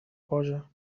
cosa